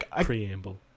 preamble